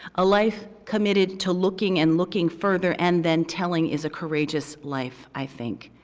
a life committed to looking and looking further and then telling is a courageous life, i think.